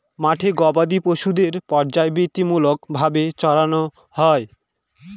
মাঠে গোবাদি পশুদের পর্যায়বৃত্তিমূলক ভাবে চড়ানো হয়